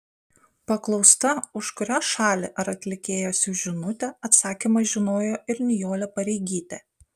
paklausta už kurią šalį ar atlikėją siųs žinutę atsakymą žinojo ir nijolė pareigytė